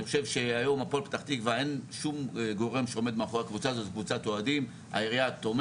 אני חושב שהיום אין שום גורם שעומד מאחורי הפועל פתח תקווה.